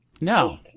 No